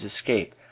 escape